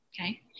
okay